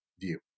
view